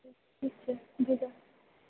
ठीक छै भेजऽ